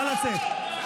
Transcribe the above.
נא לצאת.